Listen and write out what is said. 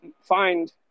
find